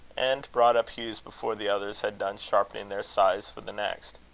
and brought up hugh's before the others had done sharpening their scythes for the next.